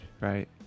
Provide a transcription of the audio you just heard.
Right